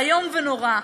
איום ונורא.